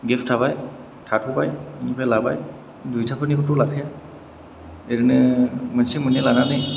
गेब थाबाय थाथ'बाय बेनिफ्राय लाबाय दुइथाफोरनिखौथ' लाखाया ओरैनो मोनसे मोननै लानानै